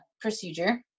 procedure